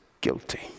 guilty